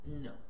No